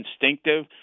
instinctive